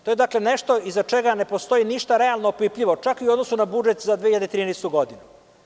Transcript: To je nešto iza čega ne postoji ništa realno opipljivo, čak ni u odnosu na budžet za 2013. godinu.